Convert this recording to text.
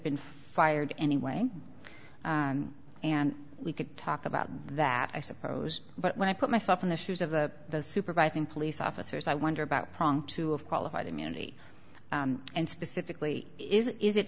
been fired anyway and we could talk about that i suppose but when i put myself in the shoes of the supervising police officers i wonder about prong two of qualified immunity and specifically is it is it